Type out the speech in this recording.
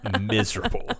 miserable